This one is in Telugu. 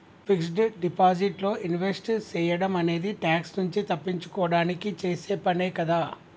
ఫిక్స్డ్ డిపాజిట్ లో ఇన్వెస్ట్ సేయడం అనేది ట్యాక్స్ నుంచి తప్పించుకోడానికి చేసే పనే కదా